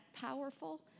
powerful